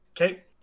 Okay